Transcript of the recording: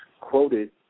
quoted